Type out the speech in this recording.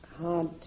hard